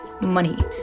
money